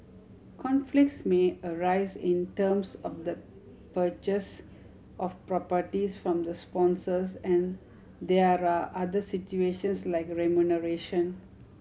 conflicts may arise in terms of the purchase of properties from the sponsors and there are other situations like remuneration